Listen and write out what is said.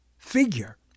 figure